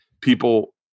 people